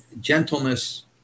gentleness